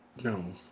No